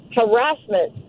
harassment